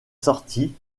sorti